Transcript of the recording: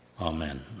amen